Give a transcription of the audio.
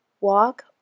walk